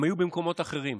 הם היו במקומות אחרים.